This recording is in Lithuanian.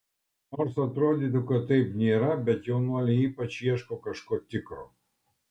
nors atrodytų kad taip nėra bet jaunuoliai ypač ieško kažko tikro